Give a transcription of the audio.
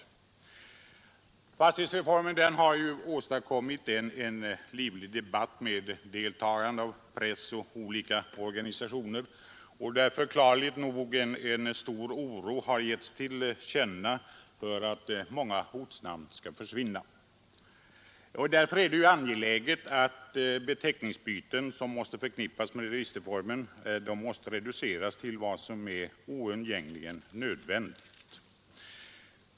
Fastighetsregisterreformen har åstadkommit en livlig debatt med deltagande av press och olika organisationer, där förklarligt nog en stor oro har givits till känna för att många ortnamn skall försvinna. Därför är det angeläget att beteckningsbyten, som måste förknippas med registerreformen, reduceras till vad som är oundgängligen nödvändigt.